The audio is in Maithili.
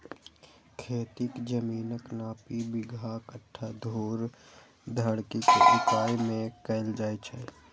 खेतीक जमीनक नापी बिगहा, कट्ठा, धूर, धुड़की के इकाइ मे कैल जाए छै